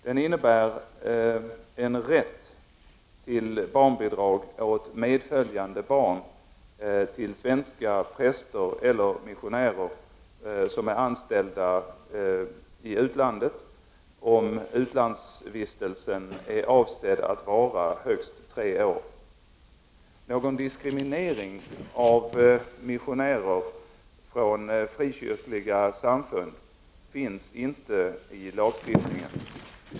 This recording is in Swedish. Den innebär rätt till barnbidrag åt medföljande barn till svenska präster och missionärer som är anställda i utlandet, om utlandsvistelsen är avsedd att vara högst tre år. Någon diskriminering av missionärer från frikyrkliga samfund finns inte i lagstiftningen.